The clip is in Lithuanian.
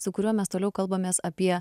su kuriuo mes toliau kalbamės apie